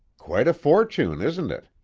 quite a fortune, isn't it?